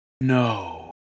No